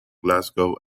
glasgow